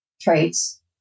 traits